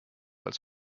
als